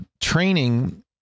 training